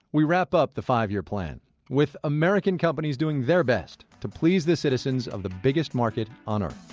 we wrap up the five-year plan with american companies doing their best to please the citizens of the biggest market on earth